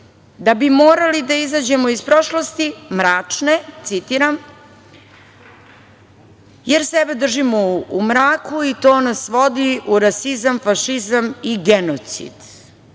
da bi morali da izađemo iz prošlosti, mračne, „jer sebe držimo u mraku i to nas vodi u rasizam, fašizam i genocid“.